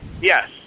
yes